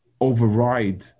override